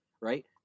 right